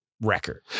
record